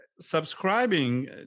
subscribing